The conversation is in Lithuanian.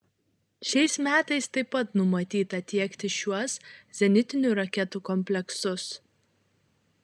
šiais metais taip pat numatyta tiekti šiuos zenitinių raketų kompleksus